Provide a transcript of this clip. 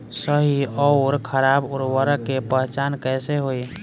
सही अउर खराब उर्बरक के पहचान कैसे होई?